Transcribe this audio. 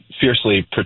fiercely